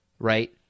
Right